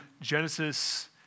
Genesis